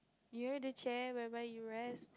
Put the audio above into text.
you know the chair whereby you rest